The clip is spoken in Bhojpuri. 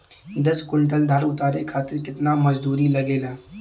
दस क्विंटल धान उतारे खातिर कितना मजदूरी लगे ला?